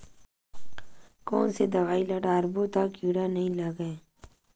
कोन से दवाई ल डारबो त कीड़ा नहीं लगय?